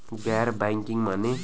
गैर बैंकिंग माने?